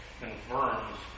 confirms